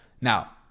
Now